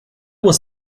was